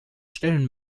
stellen